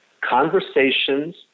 conversations